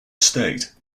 estate